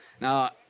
Now